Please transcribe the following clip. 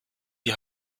die